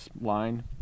line